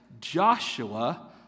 Joshua